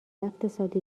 اقتصادی